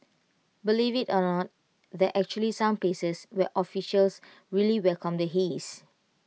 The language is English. believe IT or not there actually some places where officials really welcome the haze